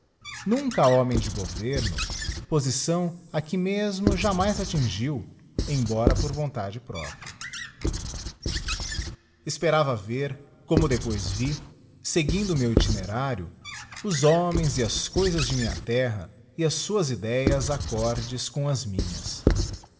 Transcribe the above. nunca homem de governo posição a que mesmo jamais attingiu embora por vontade própria esperava ver como depois vi seguindo o meu itinerário os homens e as cousas de minha terra e as suas idéas accordes com as minhas